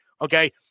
Okay